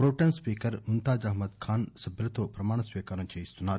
pro tem speaker Mumtaz Ahmed Khan సభ్యులతో ప్రమాణ స్పీకారం చేయిస్తున్నారు